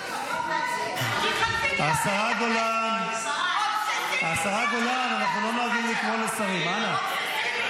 השרה גולן, אנחנו לא נוהגים לקרוא לשרים, אנא.